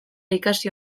ikasi